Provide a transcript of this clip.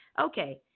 Okay